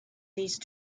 these